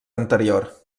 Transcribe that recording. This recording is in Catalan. anterior